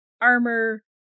armor